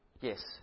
Yes